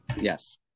Yes